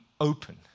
open